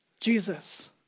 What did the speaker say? Jesus